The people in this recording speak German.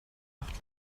acht